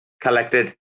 collected